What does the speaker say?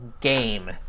game